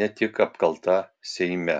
ne tik apkalta seime